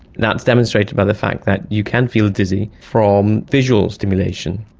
that's demonstrated by the fact that you can feel dizzy from visual stimulation.